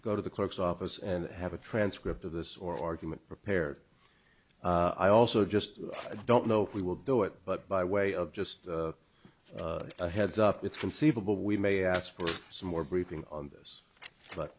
go to the clerk's office and have a transcript of this or argument prepared i also just don't know if we will do it but by way of just a heads up it's conceivable we may ask for some more briefing on this but